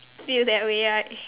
feel that way right